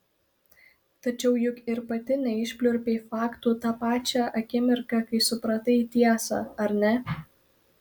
tačiau juk ir pati neišpliurpei faktų tą pačią akimirką kai supratai tiesą ar ne